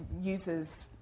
users